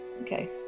Okay